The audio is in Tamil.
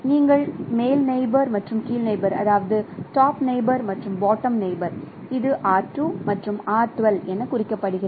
நீங்கள் மேல் நெயிபோர் மற்றும் கீழ் நெயிபோர் இது R2 மற்றும் R12 என குறிக்கப்படுகிறது